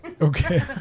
Okay